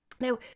Now